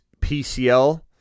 PCL